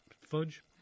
fudge